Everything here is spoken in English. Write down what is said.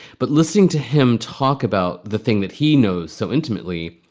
but listening to him talk about the thing that he knows so intimately,